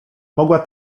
mogła